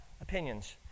Opinions